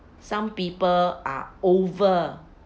some people are over